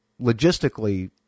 logistically